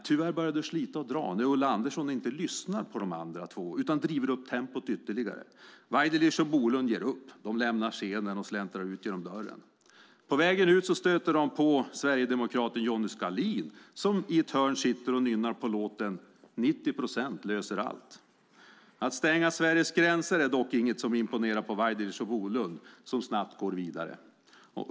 Tyvärr börjar det slita och dra när Ulla Andersson inte lyssnar på de andra två utan driver upp tempot ytterligare. Waidelich och Bolund ger upp, lämnar scenen och släntrar ut genom dörren. På vägen ut stöter de på sverigedemokraten Johnny Skalin som i ett hörn står och nynnar på låten 90 procent löser allt . Att stänga Sveriges gränser är dock inget som imponerar på Waidelich och Bolund som snabbt går vidare.